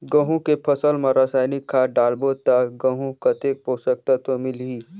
गंहू के फसल मा रसायनिक खाद डालबो ता गंहू कतेक पोषक तत्व मिलही?